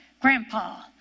Grandpa